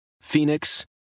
Phoenix